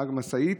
נהג משאית,